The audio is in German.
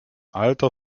alter